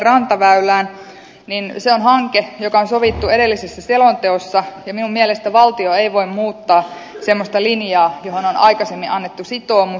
se on hanke joka on sovittu edellisessä selonteossa ja minun mielestäni valtio ei voi muuttaa semmoista linjaa johon on aikaisemmin annettu sitoumus